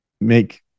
make